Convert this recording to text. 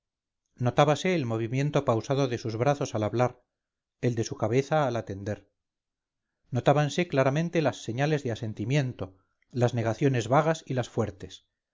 notábase el movimiento pausado de sus brazos al hablar el de su cabeza al atender notábanse claramente las señales de asentimiento las negaciones vagas y las fuertes